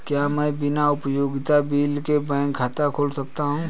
क्या मैं बिना उपयोगिता बिल के बैंक खाता खोल सकता हूँ?